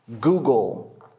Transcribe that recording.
Google